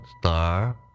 star